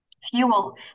Fuel